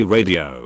Radio